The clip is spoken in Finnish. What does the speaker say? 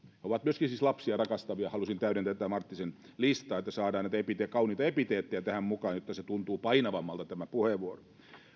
ovat myöskin siis lapsia rakastavia halusin täydentää tätä marttisen listaa että saadaan näitä kauniita epiteettejä tähän mukaan jotta tuntuu painavammalta tämä puheenvuoro